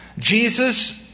Jesus